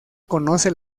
conoce